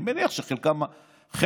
אני מניח שחלק מהשופטים,